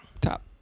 Top